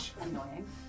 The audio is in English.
Annoying